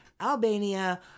Albania